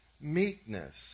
meekness